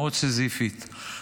מאוד סיזיפית,